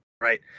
right